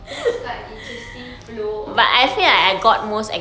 that's quite interesting flow of experiences